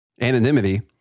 anonymity